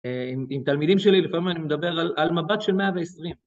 עם תלמידים שלי לפעמים אני מדבר על מבט של 120.